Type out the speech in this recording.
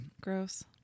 Gross